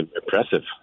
impressive